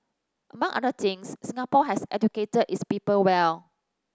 among other things Singapore has educated its people well